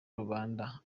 rubanda